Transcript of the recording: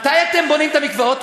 מתי אתם בונים את המקוואות?